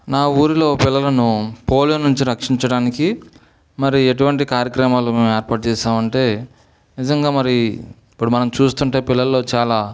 నా ఊరిలో పిల్లలను పోలియో నుంచి రక్షించడానికి మరి ఎటువంటి కార్యక్రమాలు మేం ఏర్పాటు చేసామంటే నిజంగా మరి ఇప్పుడు మనం చూస్తుంటే పిల్లల్లో చాలా